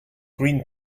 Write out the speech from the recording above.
green